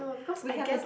we have a